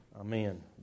amen